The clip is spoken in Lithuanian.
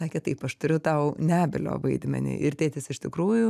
sakė taip aš turiu tau nebylio vaidmenį ir tėtis iš tikrųjų